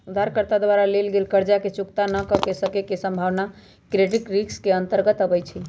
उधारकर्ता द्वारा लेल गेल कर्जा के चुक्ता न क सक्के के संभावना क्रेडिट रिस्क के अंतर्गत आबइ छै